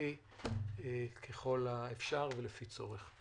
האזרחי ככל האפשר, ולפי צורך.